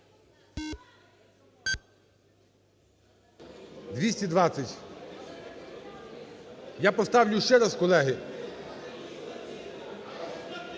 220. Я поставлю ще раз, колеги,